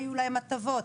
היו להם הטבות.